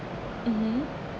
mmhmm